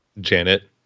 Janet